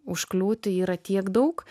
užkliūti yra tiek daug